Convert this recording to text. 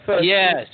Yes